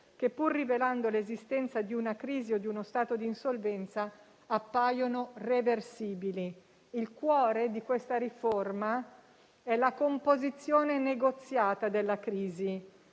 che, pur rivelando l'esistenza di una crisi o di uno stato di insolvenza, appaiono reversibili. Il cuore di questa riforma è la composizione negoziata della crisi,